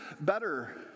better